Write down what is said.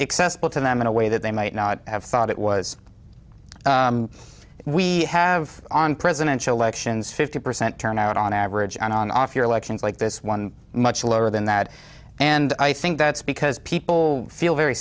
accessible to them in a way that they might not have thought it was we have on presidential elections fifty percent turnout on average and on off year elections like this one much lower than that and i think that's because people feel very